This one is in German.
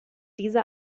diese